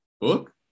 book